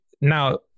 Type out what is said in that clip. Now